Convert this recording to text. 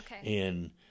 Okay